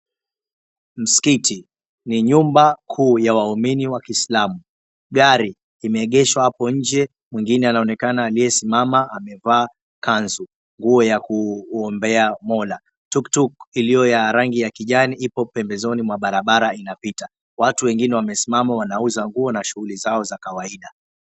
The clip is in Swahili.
Msikiti, ni nyumba kuu ya waumini wa kiislamu. Gari imeegeshwa hapo nje, mwengine anaonekana aliyesimama amevaa kanzu, nguo ya kuombea Mola. Tuktuk iliyo ya rangi ya kijani ipo pembezoni mwa barabara inapita. Watu wengine wamesimama wanauza nguo na shughuli zao za kawaida.